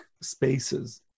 spaces